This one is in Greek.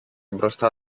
μπροστά